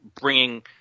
bringing